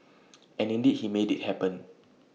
and indeed he made IT happen